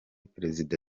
perezida